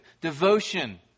devotion